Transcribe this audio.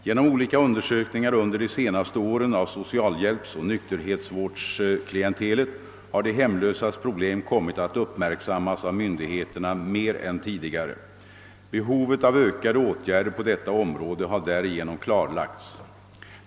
Genom olika undersökningar under de senaste åren av socialhjälpsoch nykterhetsvårdsklientelet har de hemlösas problem kommit att uppmärksammas av myndigheterna mer än tidigare. Behovet av ökade åtgärder på detta område har därigenom klarlagts.